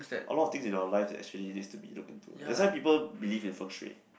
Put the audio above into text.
a lot of things in our life that actually needs to be looked into that's why people believe in Feng Shui